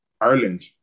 Ireland